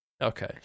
Okay